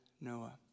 Noah